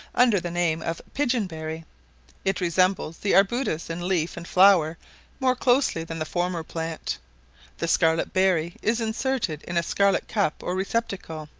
under the name of pigeon-berry it resembles the arbutus in leaf and flower more closely than the former plant the scarlet berry is inserted in a scarlet cup or receptacle,